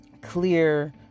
clear